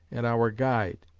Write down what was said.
and our guide.